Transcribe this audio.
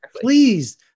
please